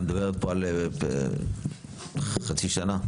את מדברת פה על חצי שנה.